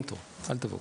אין תור, אל תבואו".